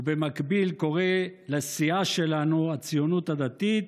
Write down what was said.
ובמקביל קורא לסיעה שלנו, הציונות הדתית: